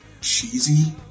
cheesy